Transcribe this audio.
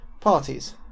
parties